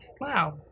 Wow